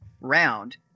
round